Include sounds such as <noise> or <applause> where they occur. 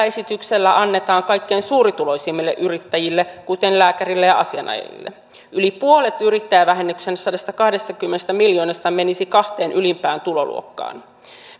<unintelligible> esityksellä annetaan kaikkein suurituloisimmille yrittäjille kuten lääkäreille ja asianajajille yli puolet yrittäjävähennyksen sadastakahdestakymmenestä miljoonasta menisi kahteen ylimpään tuloluokkaan